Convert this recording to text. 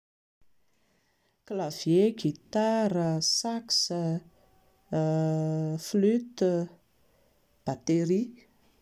Clavier, guitare, sax, flute, batterie